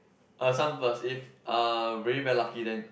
uh son first if uh really very lucky then